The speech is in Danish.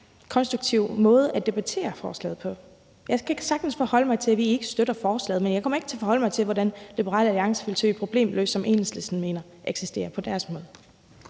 konstruktiv måde at debattere forslaget på. Jeg kan sagtens forholde mig til, at vi ikke støtter forslaget, men jeg kommer ikke til at forholde mig til, hvordan Liberal Alliance vil have et problem løst, som Enhedslisten mener eksisterer på deres måde.